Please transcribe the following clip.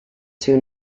two